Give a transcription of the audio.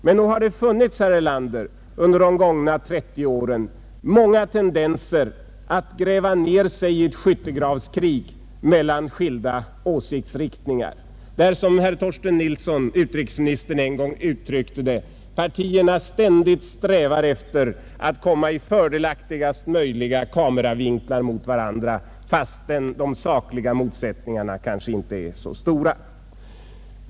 Men nog har det, herr Erlander, under de gångna 30 åren funnits många tendenser till att gräva ned sig i ett skyttegravskrig mellan skilda åsiktsriktningar, där — som utrikesminister Torsten Nilsson en gång uttryckte det — partierna ständigt strävar efter att komma i fördelaktigast möjliga kameravinklar gentemot varandra, fastän de sakliga motsättningarna kanske inte är så stora.